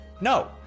No